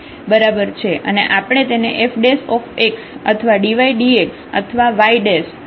અને આપણે તેને f અથવા dy dx અથવા y દ્વારા દર્શાવી શકીએ છીએ